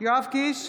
יואב קיש,